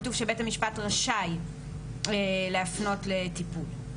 כתוב שבית המשפט רשאי להפנות לטיפול.